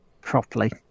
properly